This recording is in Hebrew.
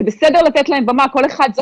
זה בסדר לתת להם במה, כל אחד יחווה את דעתו.